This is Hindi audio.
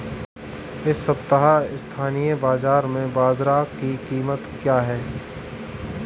इस सप्ताह स्थानीय बाज़ार में बाजरा की कीमत क्या है?